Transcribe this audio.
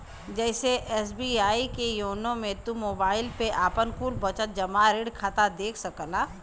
जइसे एस.बी.आई के योनो मे तू मोबाईल पे आपन कुल बचत, जमा, ऋण खाता देख सकला